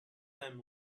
them